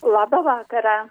labą vakarą